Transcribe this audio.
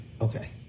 Okay